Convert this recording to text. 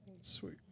sweet